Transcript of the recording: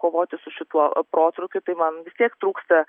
kovoti su šituo protrūkiu tai man vis tiek trūksta